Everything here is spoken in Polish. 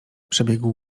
przebiegł